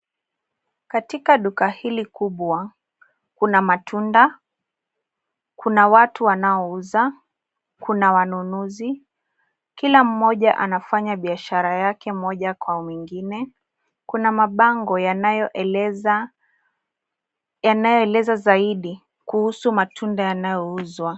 Katika duka hili kubwa, kuna matunda, kuna watu wanaouza, kuna wanunuzi. Kila mmoja anafanya biashara yake moja kwa mwingine. Kuna mabango yanayoeleza zaidi kuhusu matunda yanayouzwa.